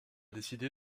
décidé